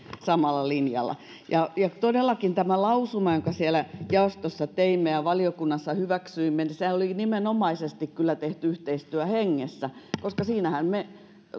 samalla linjalla todellakin tämä lausuma jonka jaostossa teimme ja valiokunnassa hyväksyimme oli nimenomaisesti kyllä tehty yhteistyöhengessä koska siinähän me